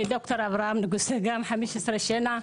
דר' אברהם נגוסה מכיר אותי 15 שנים,